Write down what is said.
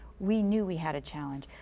we knew we had a challenge.